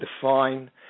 define